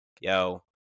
yo